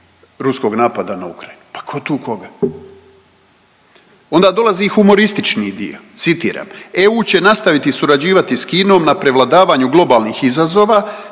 ruskog napada na Ukrajinu. Pa ko tu koga? Onda dolazi humoristični dio, citiram „EU će nastaviti surađivati s Kinom na prevladavanju globalnih izazova